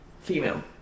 female